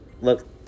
look